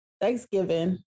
Thanksgiving